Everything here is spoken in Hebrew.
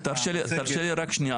תרשה לי רק שנייה,